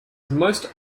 most